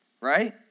right